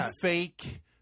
fake